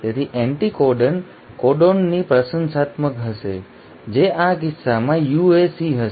તેથી એન્ટિકોડન કોડોનની પ્રશંસાત્મક હશે જે આ કિસ્સામાં UAC હશે